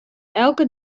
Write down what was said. elke